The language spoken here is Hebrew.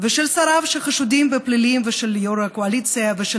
ושל שריו שחשודים בפלילים ושל יו"ר הקואליציה ושל